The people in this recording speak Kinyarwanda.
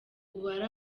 uwari